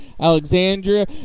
Alexandria